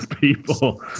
people